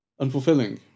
unfulfilling